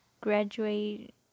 graduate